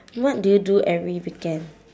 what do you do every weekend